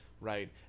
Right